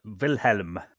Wilhelm